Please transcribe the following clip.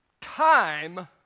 time